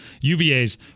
UVA's